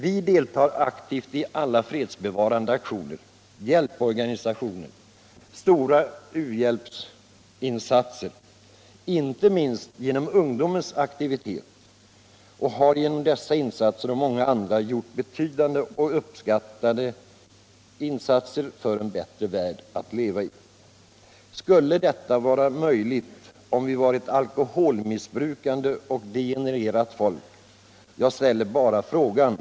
Vi deltar aktivt i alla fredsbevarande aktioner och hjälporganisationer och vi gör stora u-hjälpsinsatser — inte minst genom ungdomens aktivitet. Vi har genom detta och mycket annat gjort betydande och uppskattade insatser för en bättre värld att leva i. Skulle detta vara möjligt, om vi var ett alkoholmissbrukande och degenererat folk? Jag ställer bara frågan.